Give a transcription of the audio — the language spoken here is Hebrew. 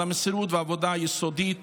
על המסירות והעבודה היסודית